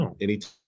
anytime